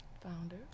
Founder